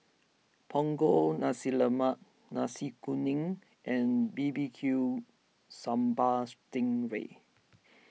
Punggol Nasi Lemak Nasi Kuning and B B Q Sambal Sting Ray